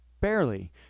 Barely